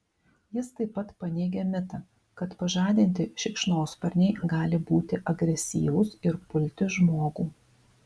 jis taip pat paneigia mitą kad pažadinti šikšnosparniai gali būti agresyvūs ir pulti žmogų